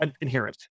inherent